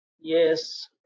yes